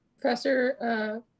Professor